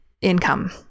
income